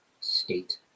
state